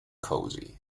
cosy